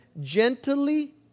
gently